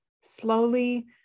slowly